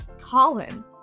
Colin